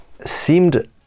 seemed